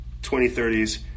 2030's